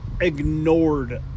ignored